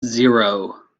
zero